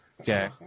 Okay